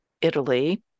Italy